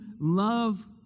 love